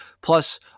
plus